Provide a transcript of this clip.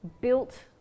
built